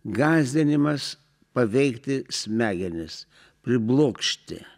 gąsdinimas paveikti smegenis priblokšti